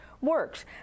works